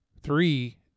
three